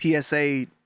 psa